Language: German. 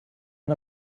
man